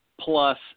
plus